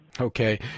Okay